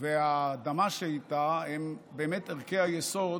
והאדמה שאיתה הן באמת ערכי היסוד